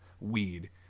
Weed